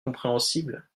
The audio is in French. compréhensibles